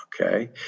Okay